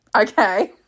Okay